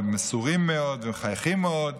מסורים מאוד ומחייכים הרבה,